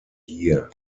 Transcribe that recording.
hier